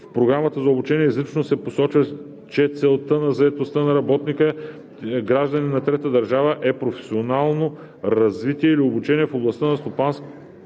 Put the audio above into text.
в програмата за обучение изрично се посочва, че целта на заетостта на работника – гражданин на трета държава, е професионално развитие или обучение в областта на стопанските